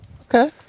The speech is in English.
Okay